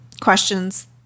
questions